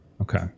Okay